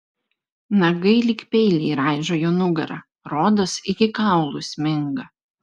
nagai lyg peiliai raižo jo nugarą rodos iki kaulų sminga